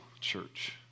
church